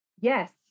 yes